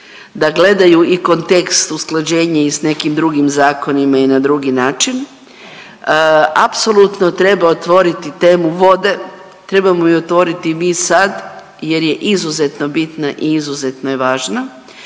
da gledaju i kontekst usklađenje i s nekim drugim zakonima i na drugi način, apsolutno treba otvoriti temu vode, trebamo ju otvoriti mi sad jer je izuzetno bitna i izuzetno je važna.